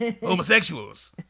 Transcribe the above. Homosexuals